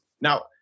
Now